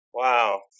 Wow